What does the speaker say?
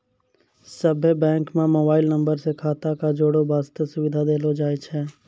सभ्भे बैंको म मोबाइल नम्बर से खाता क जोड़ै बास्ते सुविधा देलो जाय छै